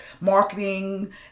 marketing